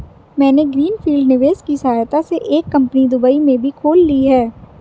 मैंने green field निवेश की सहायता से एक कंपनी दुबई में भी खोल ली है